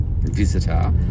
visitor